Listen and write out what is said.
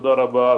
תודה רבה,